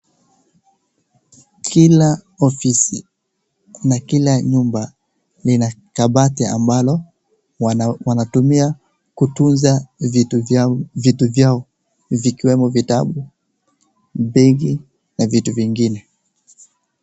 Kila ofisi kuna kila nyumba, lina kabati ambalo wanatumia kutunza vitu vyao, vikiwemo vitabu begi na vitu vingine.